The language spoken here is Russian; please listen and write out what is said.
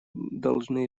должны